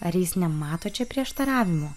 ar jis nemato čia prieštaravimo